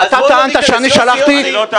אתה טענת שאני שלחתי --- אני לא טענתי